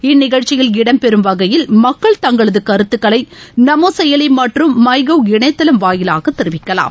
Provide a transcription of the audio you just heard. இந்நிகழ்ச்சியில் இடம் பெறம் வகையில் மக்கள் தங்களது கருத்துக்களை நமோ செயலி மற்றம் எம கௌ இணையதளம் வாயிலாக தெரிவிக்கலாம்